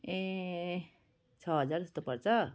ए छ हजार जस्तो पर्छ